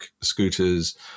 scooters